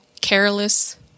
careless